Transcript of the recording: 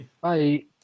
Bye